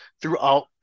throughout